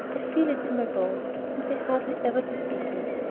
i feel it in my bones, and they hardly ever deceive me.